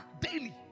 Daily